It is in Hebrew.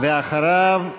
אחריו,